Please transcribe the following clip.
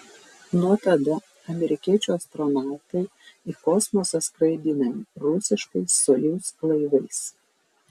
nuo tada amerikiečių astronautai į kosmosą skraidinami rusiškais sojuz laivais